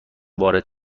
وارد